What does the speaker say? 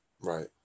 Right